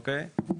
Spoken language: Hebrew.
אוקיי?